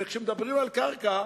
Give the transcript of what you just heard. וכשמדברים על קרקע,